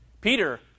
Peter